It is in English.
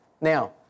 Now